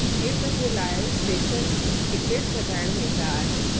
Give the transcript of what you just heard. ticket जे लाइ station ticket कढाइणु वेंदा आहिनि